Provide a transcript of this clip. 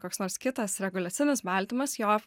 koks nors kitas reguliacinis baltymas jo